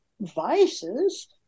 vices